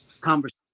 conversation